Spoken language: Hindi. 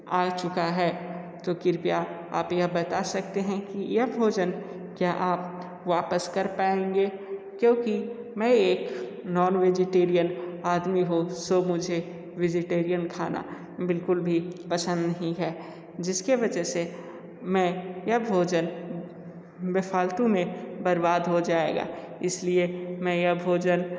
आ चुका है तो कृपया आप यह बता सकते है कि यह भोजन क्या आप वापस कर पाएंगे क्योंकि मैं एक नॉन वेजिटेरीअन आदमी हो सो मुझे वेजिटेरीअन खाना बिल्कुल भी पसंद नहीं है जिस के वजह से मैं यह भोजन फालतू में बर्बाद हो जाएगा इसलिए मैं यह भोजन